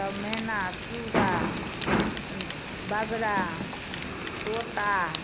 तब मैना सुग्गा बगरा तोता